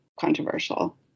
controversial